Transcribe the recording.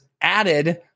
added